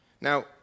Now